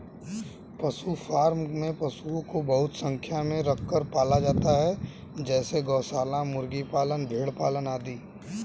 पशु फॉर्म में पशुओं को बहुत संख्या में रखकर पाला जाता है जैसे गौशाला, मुर्गी पालन, भेड़ पालन आदि